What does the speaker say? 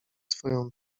swoją